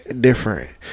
different